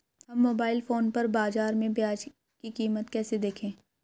हम mobile phone पर बाज़ार में प्याज़ की कीमत कैसे देखें?